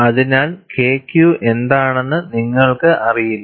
അതിനാൽ KQ എന്താണെന്ന് നിങ്ങൾക്ക് അറിയില്ല